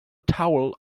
towel